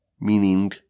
meaning